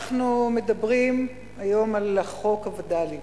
אנחנו מדברים היום על חוק הווד"לים,